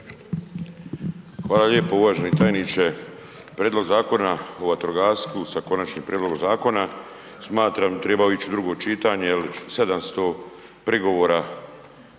Hvala lijepo. Uvaženi tajniče, Prijedlog zakona o vatrogastvu sa Konačnim prijedlogom zakona smatram trebao bi ići u drugo čitanje jer 700 prigovora